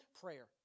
Prayer